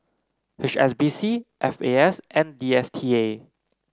H S B C F A S and D S T A